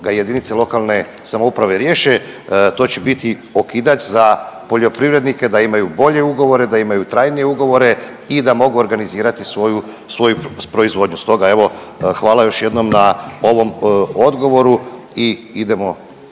ga jedinice lokalne samouprave riješe to će biti okidač za poljoprivrednike da imaju bolje ugovore, da imaju trajnije ugovore i da mogu organizirati svoju proizvodnju. Stoga evo hvala još jednom na ovom odgovoru i idemo